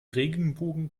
regenbogen